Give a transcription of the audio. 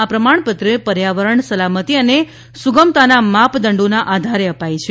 આ પ્રમાણપત્ર પર્યાવરણ સલામતી તથા સુગમતાના માપદંડોના આધારે અપાય છે